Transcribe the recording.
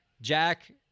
Jack